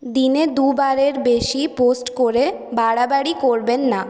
দিনে দুবারের বেশি পোস্ট করে বাড়াবাড়ি করবেন না